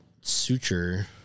suture